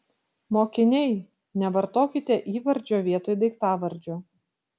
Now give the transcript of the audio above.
mokiniai nevartokite įvardžio vietoj daiktavardžio